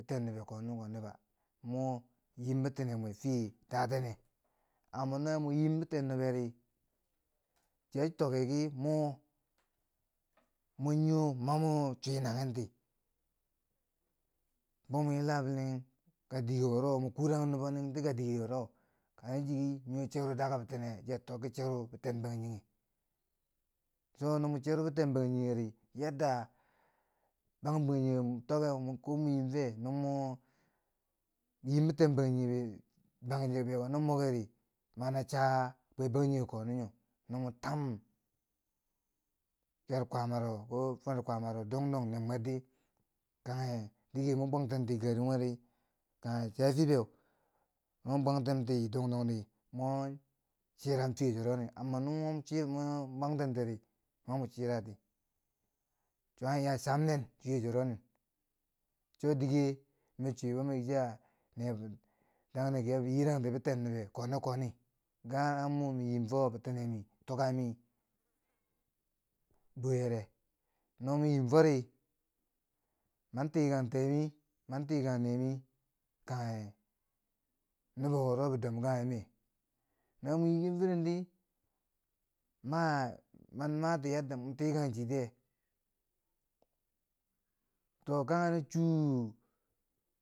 Biten nobe koni koni ba, mo yiim bitine mwe fiye daatene, amma no mun yiim biten noberi, chiya tokki ki mo nii wuro mani cwi naghenti, bo mwa yiila binen ka dike wuro mwa kuurang nubo nenti ka dike wuro, ai chiki niwo cheu daga bitene yeri, chiya tokki cheru biten bangjinghe chuwo no mo cheru daga biten bangjinghe cho no mun cheru bi ten bangjigheri yadda bang bangjinghe tokkeu no mo yiim fe, no mo yiim biten bangjinghebe bang beko no mo mikiri mani a cha bwe bangjinghe koni nyo, no mo tam liyar kwaamaro ko fumer kwaamaro dongdong ner mwerdi kangha dike mo bwangten ti chi nunghuweri, kangha chafi beu, ma mo bwangtenti dong dong di mon chiram fiye chiro nin amma no ma, chiram amma no ma mwa bwangtentiri mani mwa chirati. chiya iya cham ne fiye chiro nin, cho dike mi cwibo miki chiya nebo, damati a yiirongti biten nobe koni koni gara mo mi yiim fo bitine mi, tukami boo yere. No mi yiim fori, man tikang tee mi man tikang nee mi, kangha nobo wuro bidom kangha mee. No mo yiiken firen di, maa mani a mati yadda mwa tikang chi tiye. To kanaheri chuu.